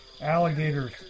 Alligators